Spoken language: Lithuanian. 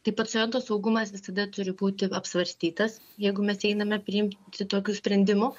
tai paciento saugumas visada turi būti apsvarstytas jeigu mes einame priimti tokių sprendimų